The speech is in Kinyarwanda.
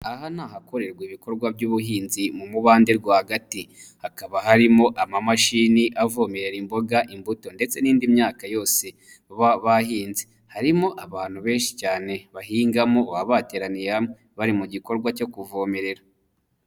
Aha ni ahakorerwa ibikorwa by'ubuhinzi mu mubande rwagati. Hakaba harimo amamashini avomerera imboga, imbuto, ndetse n'indi myaka yose baba bahinze. Harimo abantu benshi cyane bahingamo baba bateraniye hamwe bari mu gikorwa cyo kuvomerera.